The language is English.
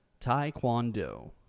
Taekwondo